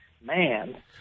man